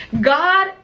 God